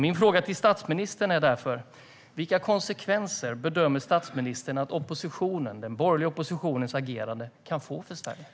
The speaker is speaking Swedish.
Min fråga till statsministern är därför: Vilka konsekvenser bedömer statsministern att den borgerliga oppositionens agerande kan få för Sverige?